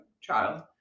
child